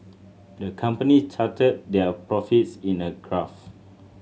the company charted their profits in a graph